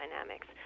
dynamics